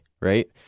right